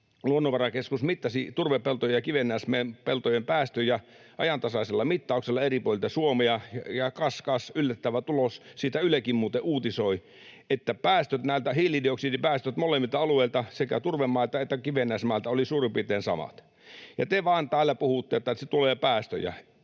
Luonnonvarakeskus mittasi turvepeltojen ja kivennäispeltojen päästöjä ajantasaisella mittauksella eri puolilta Suomea, ja kas kas, yllättävä tulos — siitä Ylekin muuten uutisoi — että hiilidioksidipäästöt molemmilta alueilta, sekä turvemailta että kivennäismailta, olivat suurin piirtein samat. Ja te täällä vain puhutte, että tulee päästöjä.